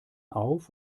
auf